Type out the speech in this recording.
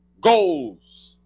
Goals